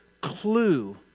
clue